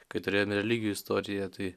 kai turėjome religijų istoriją tai